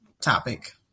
topic